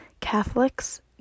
Catholics